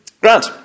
Grant